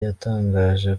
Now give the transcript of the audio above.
yatangaje